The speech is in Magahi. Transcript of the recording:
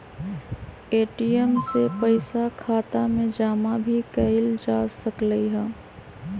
ए.टी.एम से पइसा खाता में जमा भी कएल जा सकलई ह